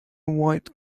white